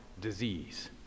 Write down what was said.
disease